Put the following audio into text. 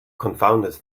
confounded